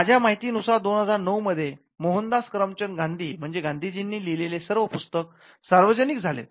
माझ्या माहितीनुसार २००९ मध्ये मोहनदास करमचंद गांधी म्हणजेच गांधीजींनी लिहिलेले सर्व पुस्तक सार्वजनिक झालेत